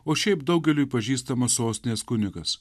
o šiaip daugeliui pažįstamas sostinės kunigas